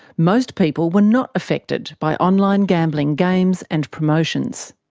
most people were not affected by online gambling games and promotions.